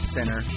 Center